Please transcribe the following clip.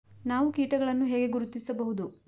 ನಾವು ಕೀಟಗಳನ್ನು ಹೇಗೆ ಗುರುತಿಸಬಹುದು?